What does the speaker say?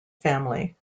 family